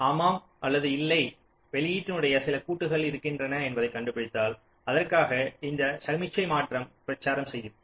ஆமாம் அல்லது இல்லை வெளியீட்டினுடைய சில கூட்டுகள் இருக்கின்றன என்பதை கண்டுபிடித்தால் அதற்காக இந்த சமிக்ஞை மாற்றம் பிரச்சாரம் செய்யும்